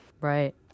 Right